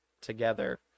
together